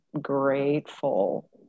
grateful